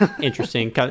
interesting